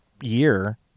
year